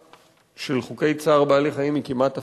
של חוקי צער בעלי-חיים היא כמעט אפסית.